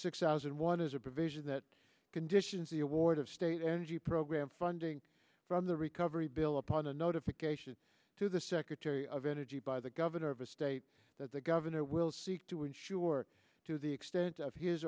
six thousand one is a provision that conditions the award of state energy program funding from the recovery bill upon a notification to the secretary of energy by the governor of a state that the governor will seek to ensure to the extent of his